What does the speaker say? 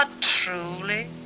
truly